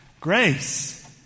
Grace